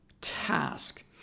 task